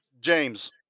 James